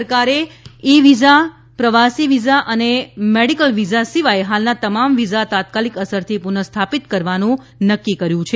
ભારત સરકરે E visa પ્રવાસી visa અને મેડીકલ વિઝા સિવાય હાલના તમામ વિઝા તાત્કાલિક અસરથી પુનઃ સ્થાપિત કરવાનું નક્કી કર્યું છે